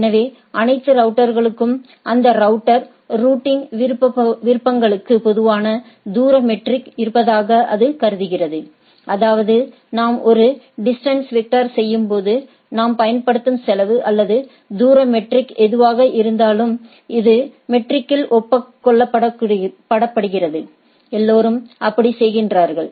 எனவே அனைத்து ரவுட்டர்களுக்கும் அந்த ரவுட்டர் ரூட்டிங் விருப்பங்களுக்கு பொதுவான தூர மெட்ரிக் இருப்பதாக அது கருதுகிறது அதாவது நாம் ஒரு டிஸ்டன்ஸ் வெக்டர் செய்யும்போது நாம் பயன்படுத்தும் செலவு அல்லது தூர மெட்ரிக்எதுவாக இருந்தாலும் இது மெட்ரிக்க்கில் ஒப்புக் கொள்ளப்படுகிறது எல்லோரும் அப்படிச் செய்கிறார்கள்